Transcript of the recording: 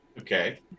okay